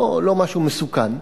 לא משהו מסוכן.